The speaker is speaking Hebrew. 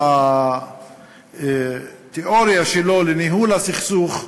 עם התיאוריה שלו לניהול הסכסוך,